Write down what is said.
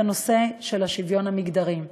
ולקדם את הנושא של השוויון המגדרי.